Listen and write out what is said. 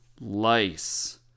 lice